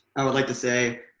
i would like to say,